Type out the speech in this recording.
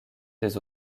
des